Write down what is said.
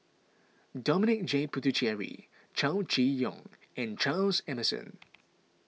Dominic J Puthucheary Chow Chee Yong and Charles Emmerson